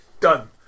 Done